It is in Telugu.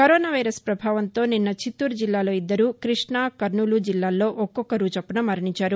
కరోనా వైరస్ ప్రభావంతో నిన్న చిత్తూరు జిల్లాలో ఇద్దరు కృష్ణ కర్నూలు జిల్లాల్లో ఒక్కొక్కరు చొప్పన మరణించారు